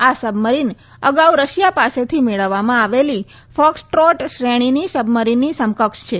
આ સબમરીન અગાઉ રશિયા પાસેથી મેળવવામાં આવેલી ફોક્સટ્રોટ શ્રેણીની સબમરીનની સમકક્ષ છે